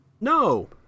No